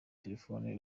terefoni